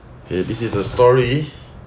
!hey! this is a story